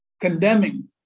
condemning